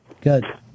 Good